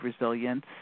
resilience